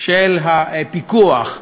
של הפיקוח,